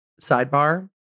Sidebar